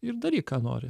ir daryk ką nori